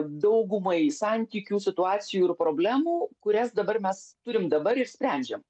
daugumai santykių situacijų ir problemų kurias dabar mes turim dabar ir sprendžiam